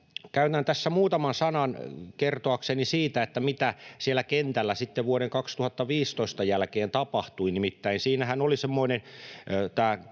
käytän tässä muutaman sanan kertoakseni siitä, mitä siellä kentällä sitten vuoden 2015 jälkeen tapahtui. Nimittäin siinähän oli semmoinen,